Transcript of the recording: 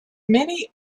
many